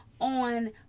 on